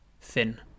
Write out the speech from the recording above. Thin